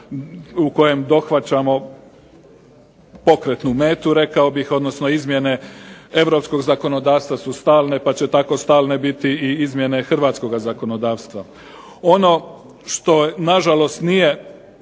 u kojem dohvaćamo pokretnu metu rekao bih, odnosno izmjene europskog zakonodavstva su stalne pa će tako stalne biti i izmjene hrvatskoga zakonodavstva. Ono što na žalost nije